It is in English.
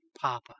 Papa